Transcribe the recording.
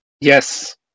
yes